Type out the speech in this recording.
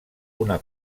una